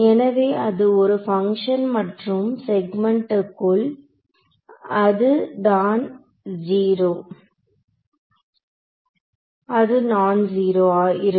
எனவே அது ஒரு பங்ஷன் மற்றும் செக்மென்ட்க்குள் அது நான் ஜீரோ இருக்கும்